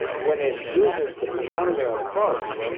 when it uses the penumbra approach